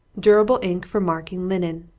durable ink for marking linen.